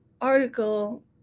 article